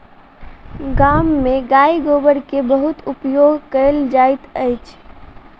गाम में गाय गोबर के बहुत उपयोग कयल जाइत अछि